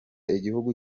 igihugu